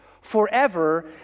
forever